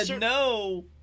no